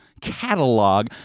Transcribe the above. catalog